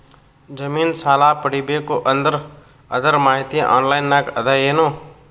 ಜಮಿನ ಸಾಲಾ ಪಡಿಬೇಕು ಅಂದ್ರ ಅದರ ಮಾಹಿತಿ ಆನ್ಲೈನ್ ನಾಗ ಅದ ಏನು?